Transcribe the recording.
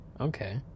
Okay